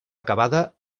acabada